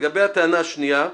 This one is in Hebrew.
לגבי הטענה השנייה,